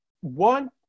one